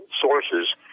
sources